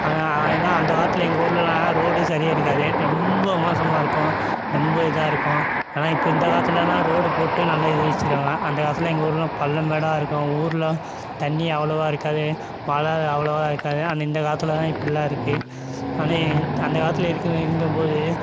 ஏன்னால் அந்தக் காலத்தில் எங்கள் ஊர்லலாம் ரோடு சரி இருக்காது ரொம்ப மோசமாக இருக்கும் ரொம்ப இதாக இருக்கும் ஆனால் இப்போ இந்தக் காலத்துலலாம் ரோடு போட்டு நல்லா இது வச்சிருக்காங்க அந்தக் காலத்தில் எங்கள் ஊர்லலாம் பள்ளம் மேடாக இருக்கும் ஊரில் தண்ணி அவ்வளோவா இருக்காது மழை அவ்வளோவா இருக்காது ஆனால் இந்தக் காலத்தில் தான் இப்பிடிலாம் இருக்குது ஆனால் அந்தக் காலத்தில் இருக்க இருந்தபோது